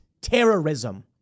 terrorism